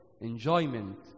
Enjoyment